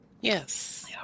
Yes